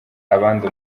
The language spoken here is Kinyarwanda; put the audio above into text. abandi